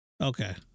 Okay